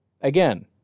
Again